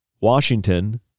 Washington